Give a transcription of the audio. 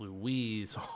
Louise